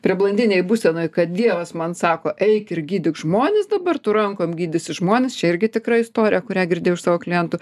priebandinėj būsenoj kad dievas man sako eik ir gydyk žmones dabar tu rankom gydysi žmones čia irgi tikra istorija kurią girdėjau iš savo kliento